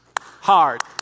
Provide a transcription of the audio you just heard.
hard